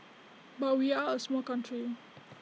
but we are A small country